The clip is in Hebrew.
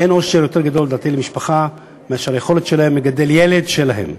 אין אושר יותר גדול לדעתי למשפחה מאשר היכולת שלהם לגדל ילד שלהם.